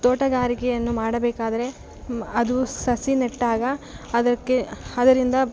ತೋಟಗಾರಿಕೆಯನ್ನು ಮಾಡಬೇಕಾದರೆ ಅದು ಸಸಿ ನೆಟ್ಟಾಗ ಅದಕ್ಕೆ ಅದರಿಂದ